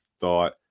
thought